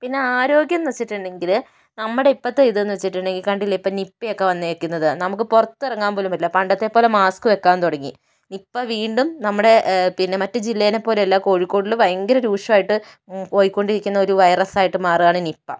പിന്നെ ആരോഗ്യം എന്ന് വെച്ചിട്ടുണ്ടെങ്കിൽ നമ്മുടെ ഇപ്പോഴത്തെ ഇതെന്ന് വെച്ചിട്ടുണ്ടെങ്കിൽ കണ്ടില്ലേ ഇപ്പോൾ നിപ്പയൊക്കെ വന്നിരിക്കുന്നത് നമുക്ക് പുറത്തിറങ്ങാൻ പോലും പറ്റില്ല പണ്ടത്തെ പോലെ മാസ്ക് വെയ്ക്കാൻ തുടങ്ങി ഇപ്പോൾ വീണ്ടും നമ്മുടെ പിന്നെ മറ്റ് ജില്ലയിലെ പോലെ അല്ല കോഴിക്കോട്ടിൽ ഭയങ്കര രൂക്ഷമായിട്ട് പോയിക്കൊണ്ടിരിക്കുന്ന ഒരു വൈറസ് ആയിട്ട് മാറുകയാണ് നിപ്പ